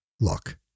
Look